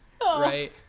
right